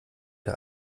der